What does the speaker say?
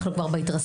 אנחנו כבר בהתרסקות,